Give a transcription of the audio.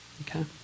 okay